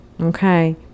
okay